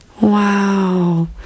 Wow